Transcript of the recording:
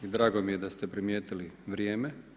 I drago mi je da ste primijetili vrijeme.